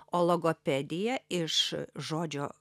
o logopedija iš žodžio